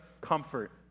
comfort